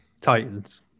Titans